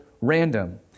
random